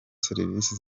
serivisi